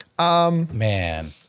Man